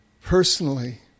personally